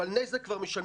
אבל נזק כבר יש,